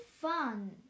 fun